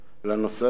לנושא הזה,